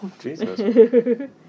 Jesus